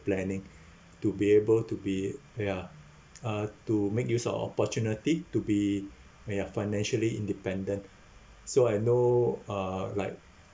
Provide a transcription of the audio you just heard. planning to be able to be ya uh to make use of opportunity to be when you're financially independent so I know uh like